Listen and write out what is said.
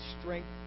strength